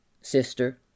sister